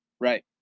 Right